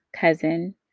cousin